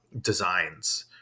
designs